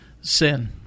sin